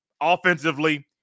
offensively